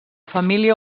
família